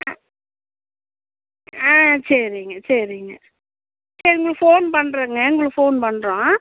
ஆ ஆ சரிங்க சரிங்க சரி உங்களுக்கு ஃபோன் பண்ணுறேங்க உங்களுக்கு ஃபோன் பண்ணுறோம்